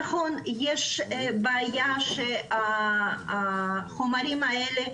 נכון שיש בעיה שהחומרים האלה,